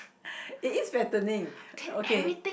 it is fattening okay